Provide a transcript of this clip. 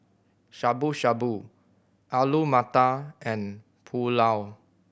Shabu Shabu Alu Matar and Pulao